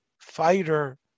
fighter